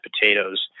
potatoes